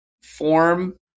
form